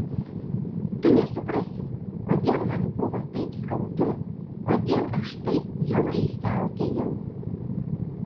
tu nesuprasi kodėl man buvo taip skaudu kodėl aš taip bjauriai siautėjau